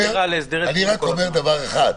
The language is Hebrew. אני רק אומר דבר אחד: